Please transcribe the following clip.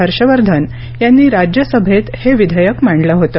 हर्षवर्धन यांनी राज्यसभेत हे विधेयक मांडलं होतं